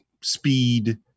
speed